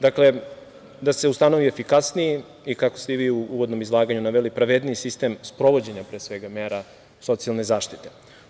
Dakle, da se ustanovi efikasniji i kako ste i vi u uvodnom izlaganju naveli, pravedniji sistem sprovođenja mera socijalne zaštite.